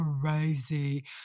crazy